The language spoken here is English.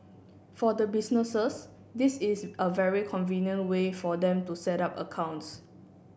for the businesses this is a very convenient way for them to set up accounts